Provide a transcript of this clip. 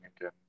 again